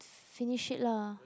finish it lah